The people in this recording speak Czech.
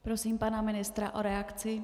Prosím pana ministra o reakci.